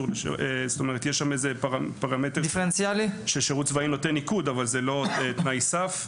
יש שם איזה פרמטר ששירות צבאי נותן ניקוד אבל זה לא תנאי סף.